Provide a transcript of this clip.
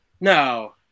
No